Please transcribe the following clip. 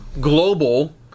global